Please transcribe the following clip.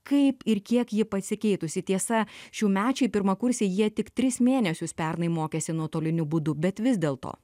kaip ir kiek ji pasikeitusi tiesa šiųmečiai pirmakursiai jie tik tris mėnesius pernai mokėsi nuotoliniu būdu bet vis dėl to